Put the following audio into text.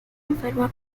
enferma